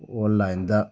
ꯑꯣꯟꯂꯥꯏꯟꯗ